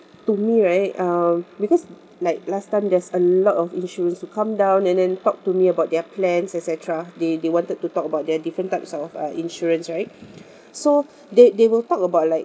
to me right uh because like last time there's a lot of insurance who come down and then talk to me about their plans et cetera they they wanted to talk about their different types of uh insurance right so they they will talk about like